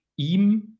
ihm